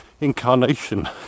incarnation